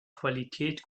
qualität